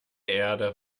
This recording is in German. erde